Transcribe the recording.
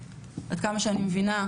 עד כמה שאני מבינה,